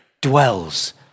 dwells